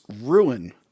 ruin